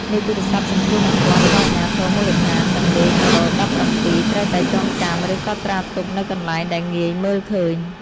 លេខទូរស័ព្ទសង្គ្រោះបន្ទាន់របស់អាជ្ញាធរមូលដ្ឋាន និងលេខ១១៧ត្រូវតែចងចាំ ឬកត់ត្រាទុកនៅកន្លែងដែលងាយមើលឃើញ។